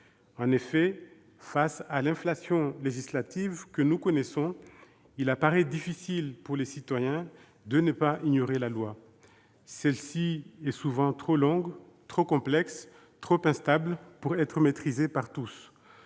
En effet, face à l'inflation législative que nous connaissons, il apparaît difficile pour les citoyens de ne pas ignorer la loi. Celle-ci est souvent trop longue, trop complexe, trop instable pour être maîtrisée par tous.